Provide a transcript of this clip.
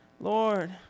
Lord